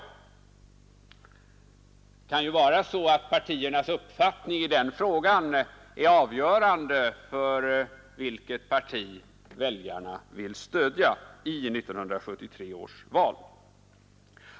Partiernas uppfattning i den frågan kan ju vara avgörande för vilket parti väljarna vill stödja i 1973 års val.